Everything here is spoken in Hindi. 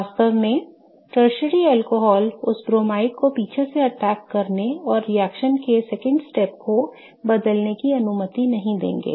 वास्तव में टर्शरी अल्कोहल उस ब्रोमाइड को पीछे से अटैक करने और रिएक्शन के दूसरे चरण को बदलने की अनुमति नहीं देंगे